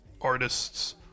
artists